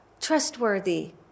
trustworthy